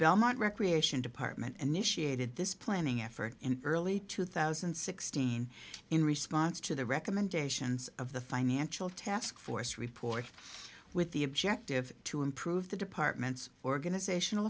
belmont recreation department initiated this planning effort in early two thousand and sixteen in response to the recommendations of the financial task force report with the objective to improve the department's organizational